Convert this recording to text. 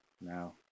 now